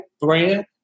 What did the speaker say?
brand